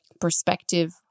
perspective